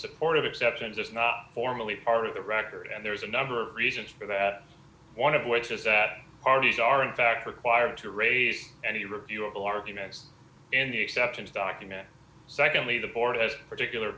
support of exceptions is not formally part of the record and there's a number of reasons for that one of which is that parties are in fact required to raise any reviewable arguments in the acceptance document secondly the board has particular